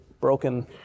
broken